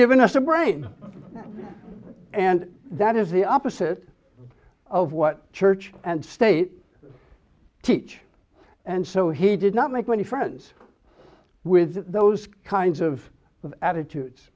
given us a brain and that is the opposite of what church and state teach and so he did not make many friends with those kinds of attitudes